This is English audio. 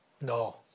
no